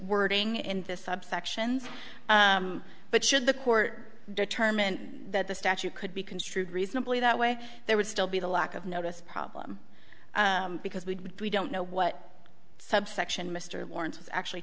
wording in this subsections but should the court determine that the statute could be construed reasonably that way there would still be the lack of notice problem because we don't know what subsection mr lawrence was actually